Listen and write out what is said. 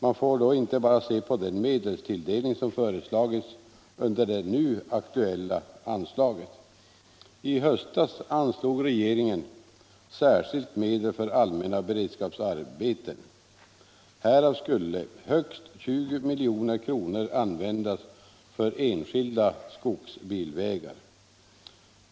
Man får då inte bara se på den medelstilldelning som föreslagits under det nu aktuella anslaget. I höstas anslog regeringen särskilda medel för allmänna beredskapsarbeten. Härav skulle högst 20 milj.kr. användas för enskilda skogsbilvägar.